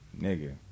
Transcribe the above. Nigga